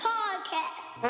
Podcast